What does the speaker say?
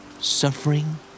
Suffering